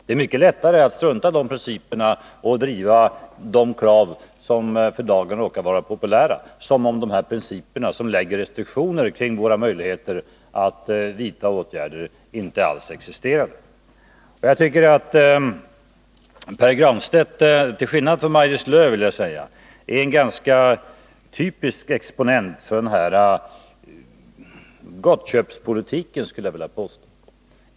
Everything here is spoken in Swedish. Det är mycket lättare att strunta i de principerna och driva de krav som för dagen råkar vara populära, strunta i att dessa principer lägger restriktioner på våra möjligheter att vidta åtgärder. Jag tycker att Pär Granstedt till skillnad från Maj-Lis Lööw är en ganska typisk exponent för denna gottköpspolitik.